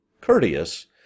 courteous